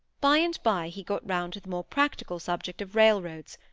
by-and-by he got round to the more practical subject of railroads,